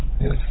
yes